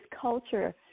culture